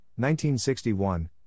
1961